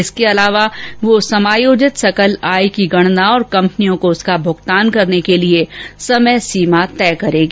इसके अलावा वह समायोजित सकल आय की गणना और कंपनियों को उसका भुगतान करने के लिए समय सीमा तय करेगी